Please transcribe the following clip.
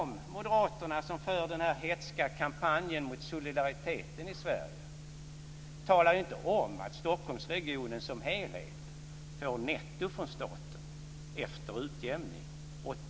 Moderaterna, som för den här hätska kampanjen mot solidariteten i Sverige, talar inte om att